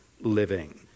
living